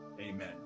Amen